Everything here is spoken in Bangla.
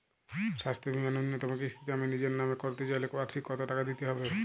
স্বাস্থ্য বীমার ন্যুনতম কিস্তিতে আমি নিজের নামে করতে চাইলে বার্ষিক কত টাকা দিতে হবে?